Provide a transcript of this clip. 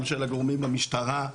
גם של הגורמים במשטרה,